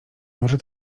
może